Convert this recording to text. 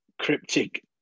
cryptic